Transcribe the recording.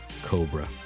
cobra